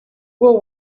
will